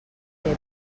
epub